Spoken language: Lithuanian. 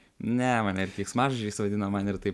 ne mane ir keiksmažodžiais vadina man ir taip